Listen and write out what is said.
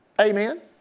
Amen